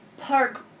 park